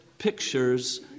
pictures